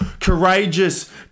Courageous